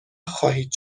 خواهید